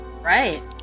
Right